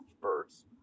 birds